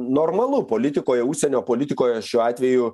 normalu politikoje užsienio politikoje šiuo atveju